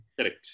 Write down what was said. Correct